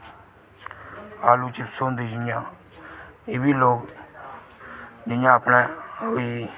आलू चिप्स होंदी जि्यां' एह्बी लोक अपने जि'यां होई